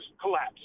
collapse